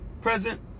present